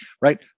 right